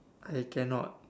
I cannot